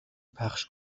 پخش